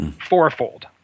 fourfold